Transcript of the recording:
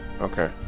Okay